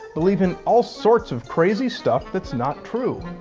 believe in all sorts of crazy stuff that's not true.